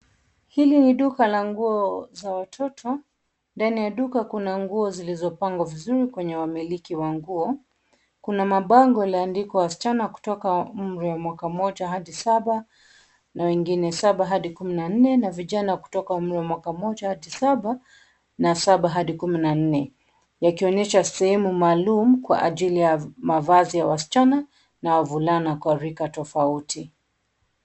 Hili ni duka la nguo za watoto. Ndani ya duka kuna nguo zilizopangwa vizuri kwenye wamiliki wa nguo, kuna mabango yaliandikwa, wasichana kutoka umri wa mwaka mmoja hadi saba, na wengine saba hadi kumi na nne, na vijana kutoka umri wa mwaka mmoja hadi saba, na saba hadi kumi na nne yakionyesha sehemu maalumu kwa ajili ya mavazi ya wasichana na wavulana kwa rika tofauti.